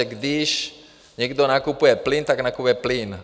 Když někdo nakupuje plyn, tak nakupuje plyn.